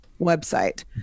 website